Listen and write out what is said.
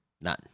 None